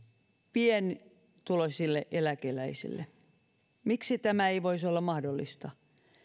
pienituloisille eläkeläisille miksi tämä ei voisi olla mahdollista